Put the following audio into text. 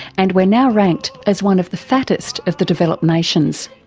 and we are now ranked as one of the fattest of the developed nations.